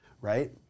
Right